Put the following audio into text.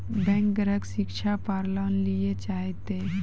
Bank ग्राहक शिक्षा पार लोन लियेल चाहे ते?